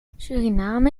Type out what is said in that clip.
suriname